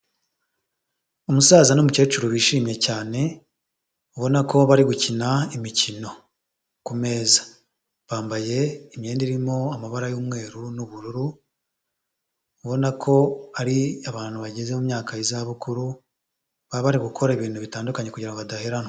Umusaza n'umukecuru bishimye cyane, ubona ko bari gukina imikino ku meza, bambaye imyenda irimo amabara y'umweru n'ubururu, ubona ko ari abantu bageze mu myaka y'izabukuru, baba bari gukora ibintu bitandukanye kugira ngo badaheranwa.